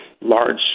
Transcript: large